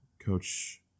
Coach